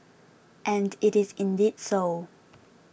and it is indeed so